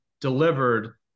delivered